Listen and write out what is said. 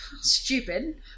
stupid